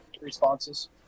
responses